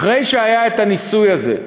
אחרי שהיה הניסוי הזה,